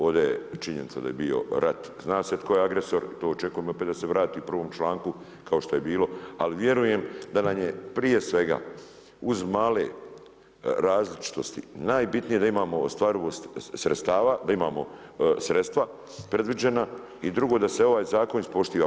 Ovdje je činjenica da je bio rat, zna se tko je agresor, i to očekujem opet da se vrati u prvom članku, kao što je bilo, ali vjerujem, da nam je prije svega uz male različitosti, najbitnije, da imamo ostvarivost sredstava, da imamo sredstva predviđena i drugo, da se ovaj zakon ispoštivao.